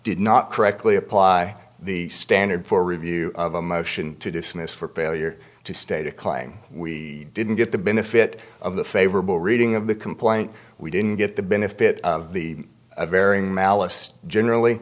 did not correctly apply the standard for review of a motion to dismiss for failure to state a claim we didn't get the benefit of the favorable reading of the complaint we didn't get the benefit of airing malice generally